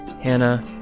Hannah